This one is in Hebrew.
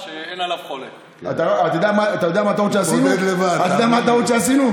שעושה מהפכה ועשה מהפכה בביטוח הלאומי,